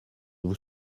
vous